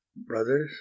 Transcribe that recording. brothers